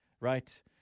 right